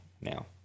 now